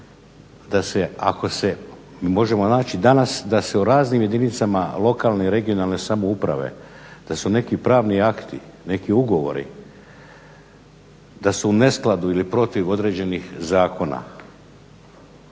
da se ako se možemo naći danas da se u raznim jedinicama lokalne i regionalne samouprave da su neki pravni akti, neki ugovori da su u neskladu ili protiv određenih zakona.